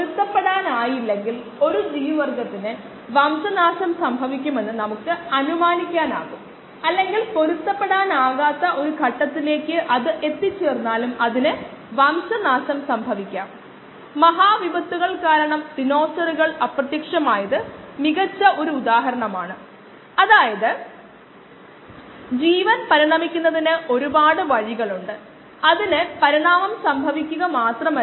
പരീക്ഷാ ചോദ്യങ്ങൾക്കായി ഞാൻ അങ്ങനെ ചെയ്തു പക്ഷേ അതേസമയം പ്രോബ്ലത്തിന്റെ പരിഹാരങ്ങൾ തന്നിരിക്കുന്ന പ്രാക്ടീസ് പ്രോബ്ലെംസ് എന്നിവയുടെ പ്രകടനത്തിൽ ഞാൻ മനപൂർവ്വം എന്റെ ഉത്തരങ്ങൾ പരിശോധിച്ചിട്ടില്ല